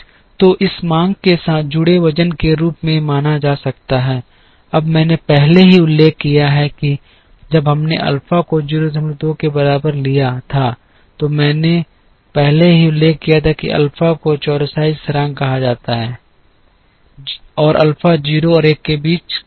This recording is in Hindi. तो इस मांग के साथ जुड़े वजन के रूप में माना जा सकता है अब मैंने पहले ही उल्लेख किया है कि जब हमने अल्फा को 02 के बराबर लिया था तो मैंने पहले ही उल्लेख किया था कि अल्फा को चौरसाई स्थिरांक कहा जाता है और अल्फा 0 और 1 के बीच एक मान है